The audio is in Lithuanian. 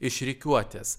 iš rikiuotės